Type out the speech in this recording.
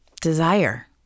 desire